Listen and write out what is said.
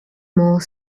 more